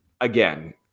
Again